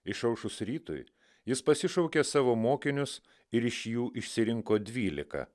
išaušus rytui jis pasišaukė savo mokinius ir iš jų išsirinko dvylika